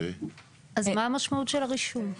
אז מה המשמעות של הרישום?